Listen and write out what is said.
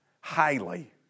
highly